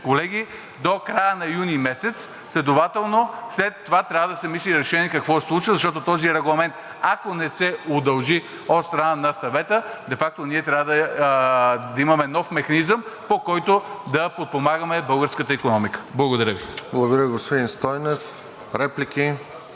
колеги, до края на юни месец. Следователно след това трябва да се мисли решение какво ще се случва, защото този Регламент, ако не се удължи от страна на Съвета, де факто ние трябва да имаме нов механизъм, по който да подпомагаме българската икономика. Благодаря Ви. ПРЕДСЕДАТЕЛ РОСЕН ЖЕЛЯЗКОВ: Благодаря, господин Стойнев. Реплики?